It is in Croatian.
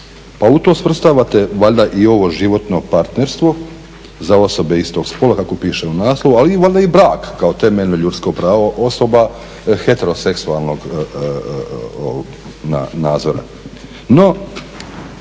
pa u to svrstavate valjda i ovo životno partnerstvo za osobe istog spola kako piše u naslovu ali valjda i brak kao temeljno ljudsko pravo osoba heteroseksualnog nadzora.